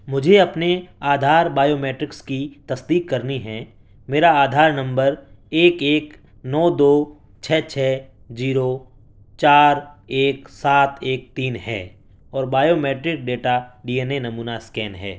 مجھے اپنے Aadhaar biometrics کی تصدیق کرنی ہے میرا آدھار نمبر ایک ایک نو دو چھ چھ زیرو چار ایک سات ایک تین ہے اور biometric data D N A نمونہ اسکین ہے